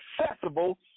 accessible